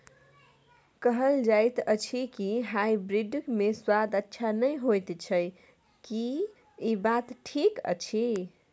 कहल जायत अछि की हाइब्रिड मे स्वाद अच्छा नही होयत अछि, की इ बात ठीक अछि?